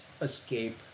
escape